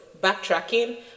backtracking